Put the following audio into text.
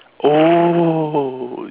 oh